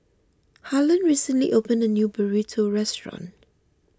Harlon recently opened a new Burrito restaurant